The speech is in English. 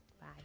Bye